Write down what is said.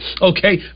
Okay